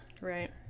right